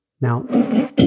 Now